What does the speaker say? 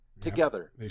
together